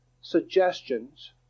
suggestions